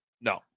No